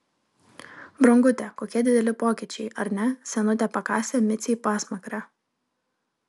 brangute kokie dideli pokyčiai ar ne senutė pakasė micei pasmakrę